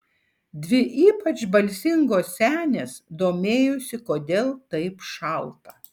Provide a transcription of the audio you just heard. dvi ypač balsingos senės domėjosi kodėl taip šalta